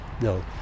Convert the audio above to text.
no